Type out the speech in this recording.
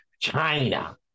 China